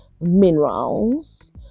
minerals